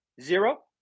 zero